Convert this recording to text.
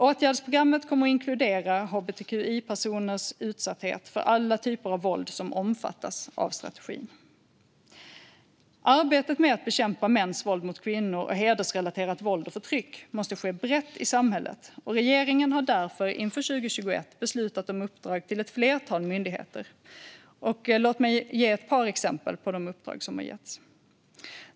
Åtgärdsprogrammet kommer att inkludera hbtqi-personers utsatthet för alla typer av våld som omfattas av strategin. Arbetet med att bekämpa mäns våld mot kvinnor och hedersrelaterat våld och förtryck måste ske brett i samhället. Regeringen har därför inför 2021 beslutat om uppdrag till ett flertal myndigheter. Låt mig ge ett par exempel på de uppdrag som har getts.